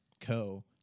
Co